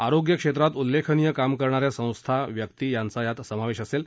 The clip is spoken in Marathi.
आरोग्यक्षेत्रात उल्लेखनीय काम करणाऱ्या संस्था व्यक्ती यांचा यात समावेश असेल